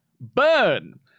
burn